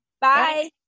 Bye